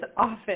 often